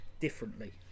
differently